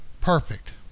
perfect